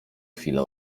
chwilę